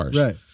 Right